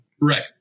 Right